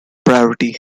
priority